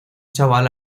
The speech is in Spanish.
chaval